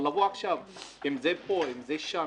אבל לבוא עכשיו ולשאול אם זה פה, אם זה שם